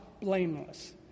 blameless